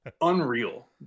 unreal